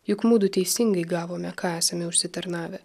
juk mudu teisingai gavome kasėme užsitarnavę